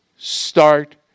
Start